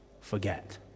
forget